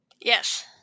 Yes